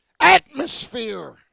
atmosphere